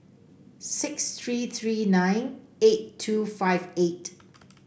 six three three nine eight two five eight